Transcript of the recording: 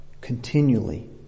continually